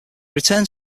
returned